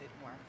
more